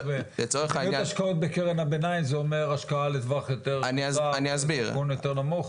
מדיניות השקעות בקרן הביניים זה אומר השקעה לטווח קצר במימון יותר נמוך.